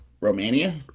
Romania